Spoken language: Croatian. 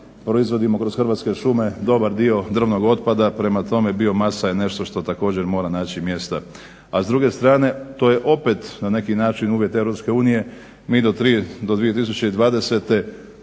Proizvodimo kroz Hrvatske šume dobar dio drvnog otpada. Prema tome, biomasa je nešto što također mora naći mjesta, a s druge strane to je opet na neki način uvjet Europske